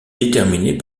déterminée